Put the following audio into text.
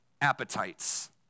appetites